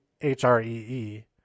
H-R-E-E